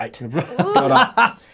right